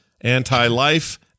Anti-Life